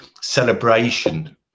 celebration